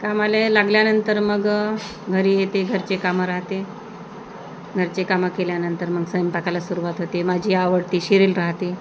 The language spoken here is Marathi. कामाला लागल्यानंतर मग घरी येते घरचे कामं राहते घरचे कामं केल्यानंतर मग स्वयंपाकाला सुरूवात होते माझी आवडती शिरेल राहते